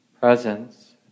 presence